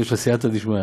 סייעתא דשמיא,